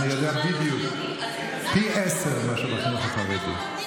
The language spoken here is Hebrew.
אני יודע בדיוק: פי עשרה מאשר בחינוך החרדי.